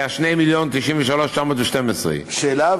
הייתה 2,093,912. שאלה,